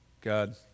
God